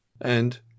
And